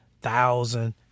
thousand